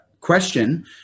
question